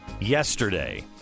yesterday